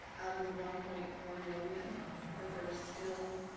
out of the one point four million but there was still.